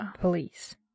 police